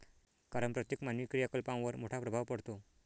कारण प्रत्येक मानवी क्रियाकलापांवर मोठा प्रभाव पडतो